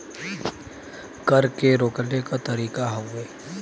कर के रोकले क तरीका हउवे